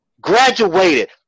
Graduated